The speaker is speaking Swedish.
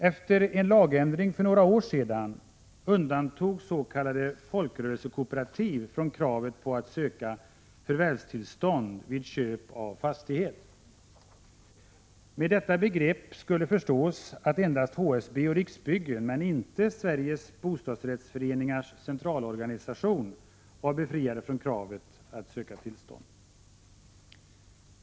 Efter en lagändring för några år sedan undantogs s.k. folkrörelsekooperativ från kravet att söka förvärvstillstånd vid köp av fastighet. Med detta begrepp skulle förstås att endast HSB och Riksbyggen, men inte Sveriges bostadsrättsföreningars centralorganisation var befriade från kravet att söka tillstånd.